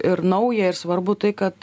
ir nauja ir svarbu tai kad